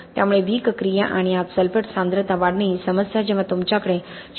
त्यामुळे विक क्रिया आणि आत सल्फेट सांद्रता वाढणे ही समस्या जेव्हा तुमच्याकडे 0